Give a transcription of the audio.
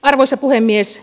arvoisa puhemies